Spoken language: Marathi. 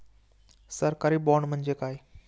सरकारी बाँड म्हणजे काय?